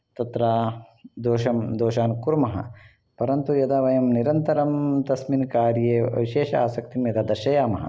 तत्र दोषं दोषान् कूर्मः परन्तु यदा वयं निरन्तरं तस्मिन् कार्ये विशेषासक्तिं यदा दर्शयामः